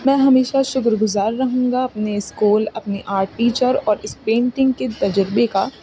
میں ہمیشہ شکر گزار رہوں گا اپنے اسکول اپنے آرٹ ٹیچر اور اس پینٹنگ کے تجربے کا